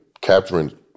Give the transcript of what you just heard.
capturing